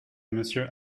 monsieur